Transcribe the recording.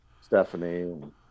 stephanie